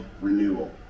renewal